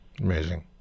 Amazing